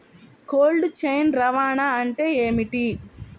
Cold chain రవాణా అంటే ఏమిటీ?